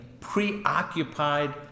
preoccupied